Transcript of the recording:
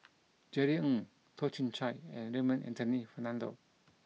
Jerry Ng Toh Chin Chye and Raymond Anthony Fernando